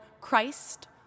Christ